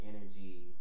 energy